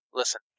listen